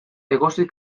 egosi